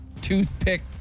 toothpick